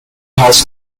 has